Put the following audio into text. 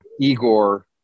Igor